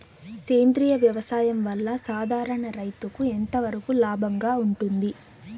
సేంద్రియ వ్యవసాయం వల్ల, సాధారణ రైతుకు ఎంతవరకు లాభంగా ఉంటుంది?